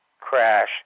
crash